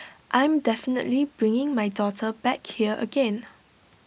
I'm definitely bringing my daughter back here again